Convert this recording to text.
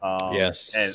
yes